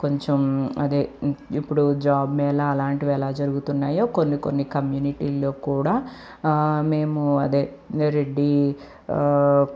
కొంచెం అదే ఇప్పుడు జాబ్ మేళ అలాంటివి ఎలా జరుగుతున్నాయో కొన్ని కొన్ని కమ్యూనిటీల్లో కూడా మేము అదే రెడ్డి